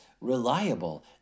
reliable